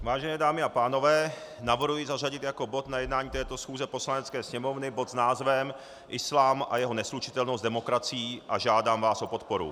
Vážené dámy a pánové, navrhuji zařadit jako bod na jednání této schůze Poslanecké sněmovny bod s názvem Islám a jeho neslučitelnost s demokracií a žádám vás o podporu.